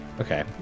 Okay